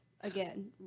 again